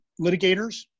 litigators